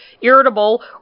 irritable